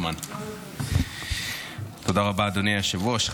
אדוני היושב-ראש.